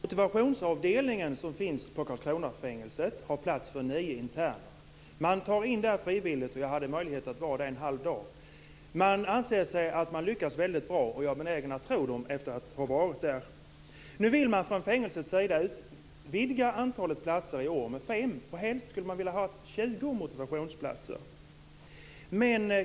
Fru talman! Motivationsavdelningen, som finns på Karlskronafängelset, har plats för nio interner. De tar in där frivilligt. Jag hade möjlighet att vara där en halv dag. Man anser att man lyckas väldigt bra. Jag är benägen att tro på det efter att ha varit där. I år vill man från fängelsets sida utvidga antalet platser med fem. Helst skulle man vilja ha 20 motivationsplatser.